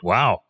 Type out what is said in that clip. Wow